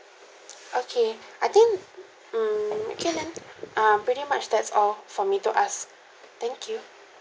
okay I think mm okay then ah pretty much that's all for me to ask thank you